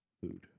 food